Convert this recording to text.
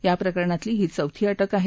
या प्रकरणातील ही चौथी अटक आहे